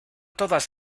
todas